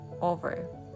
Over